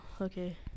okay